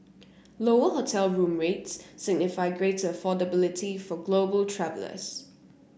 lower hotel room rates signify greater affordability for global travellers